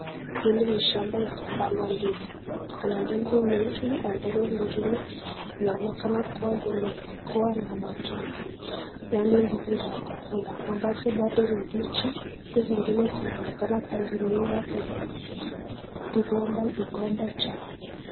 Hili ni shamba ya kupanda ndizi, kuna ndizi mingi ambazo zingine zinaonekana kuwa zimekuwa na matunda yani ndizi za kukula ambazo bado ni mbichi huku zingine zinaonekana kuwa zimeiva kwenye mgomba chao.